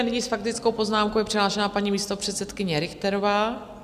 Nyní s faktickou poznámkou je přihlášena paní místopředsedkyně Richterová.